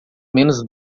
menos